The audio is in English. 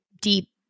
deep